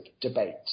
debate